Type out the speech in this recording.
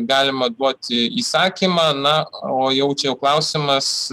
galima duoti įsakymą na o jau čia jau klausimas